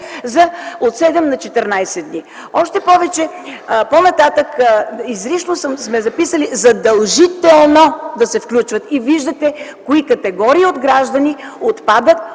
за „от 7” на „14 дни”? Още повече, че по-нататък изрично сме записали „задължително” да се включват и виждате кои категории от гражданите отпадат